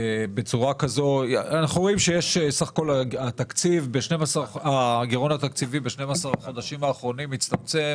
אנחנו רואים שסך הכול הגירעון התקציבי ב-12 החודשים האחרונים הצטמצם